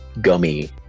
gummy